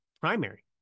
primary